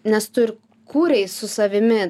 nes tu ir kūrei su savimi